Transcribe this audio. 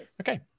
Okay